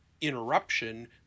interruption